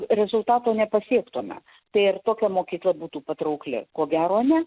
rezultato nepasiektume tai ar tokia mokykla būtų patraukli ko gero ne